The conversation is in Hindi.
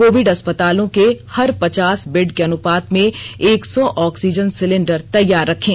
कोविड अस्पतालों के हर पचास बेड के अनुपात में एक सौ ऑक्सीजन सिलिंडर तैयार रखें